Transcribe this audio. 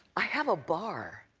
i have a bar.